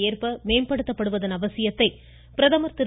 ஏற்ப மேம்படுத்தப்படுவதன் அவசியத்தை பிரதமர் திரு